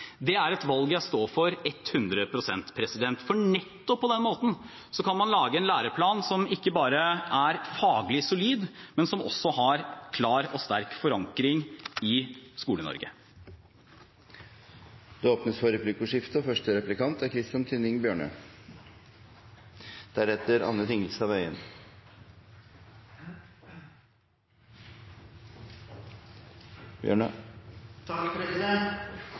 Det er et valg jeg står for ett hundre prosent, for nettopp på den måten kan man lage en læreplan som ikke bare er faglig solid, men som også har en klar og sterk forankring i Skole-Norge. Det åpnes for replikkordskifte.